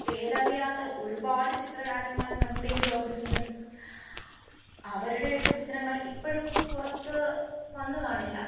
പേരറിയാത്ത ഒരുപാട് ചിത്രകാരന്മാർ നമ്മുടെ ഈ ലോകത്തുണ്ട് അവരുടെയൊക്കെ ചിത്രങ്ങൾ ഇപ്പോഴും പുറത്ത് വന്നുകാണില്ല